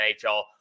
NHL